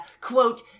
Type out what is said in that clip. quote